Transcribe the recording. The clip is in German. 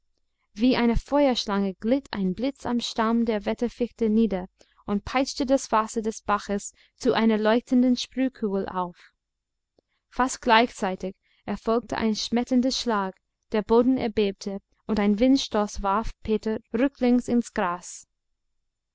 wie eine feuerschlange glitt ein blitz am stamm der wetterfichte nieder und peitschte das wasser des baches zu einer leuchtenden sprühkugel auf fast gleichzeitig erfolgte ein schmetternder schlag der boden erbebte und ein windstoß warf peter rücklings ins gras